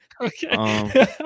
Okay